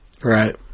right